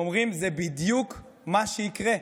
והם אומרים: זה בדיוק מה שיקרה,